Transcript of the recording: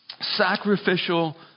sacrificial